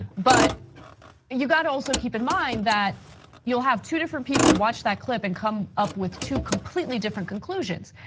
but you've gotta also keep in mind that you'll have two different people watch that clip, and come up with two completely different conclusions.